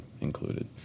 included